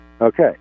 Okay